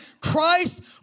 Christ